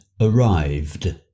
arrived